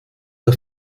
der